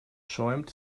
schäumt